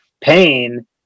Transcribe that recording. pain